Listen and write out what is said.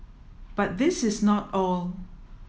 but this is not all